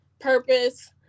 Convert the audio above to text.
purpose